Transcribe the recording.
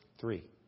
Three